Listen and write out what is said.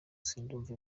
sindumva